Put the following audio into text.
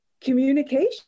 Communication